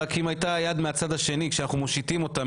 רק אם הייתה יד מהצד השני כשאנחנו מושיטים אותה,